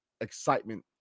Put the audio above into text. excitement